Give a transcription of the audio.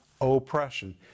oppression